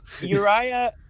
Uriah